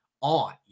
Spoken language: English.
on